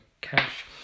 cash